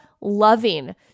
loving